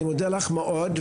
אני מודה לך מאוד.